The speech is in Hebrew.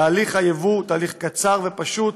תהליך היבוא הוא תהליך קצר ופשוט,